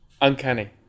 Uncanny